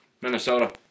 Minnesota